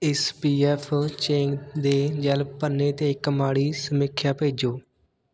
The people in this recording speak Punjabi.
ਇਸ ਪੀ ਐਫ ਚੈਂਗ ਦੇ ਯੈਲਪ ਪੰਨੇ 'ਤੇ ਇੱਕ ਮਾੜੀ ਸਮੀਖਿਆ ਭੇਜੋ